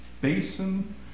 basin